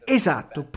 esatto